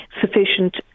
sufficient